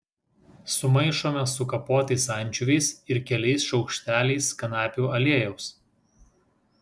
sumaišome su kapotais ančiuviais ir keliais šaukšteliais kanapių aliejaus